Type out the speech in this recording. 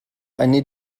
need